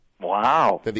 Wow